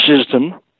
system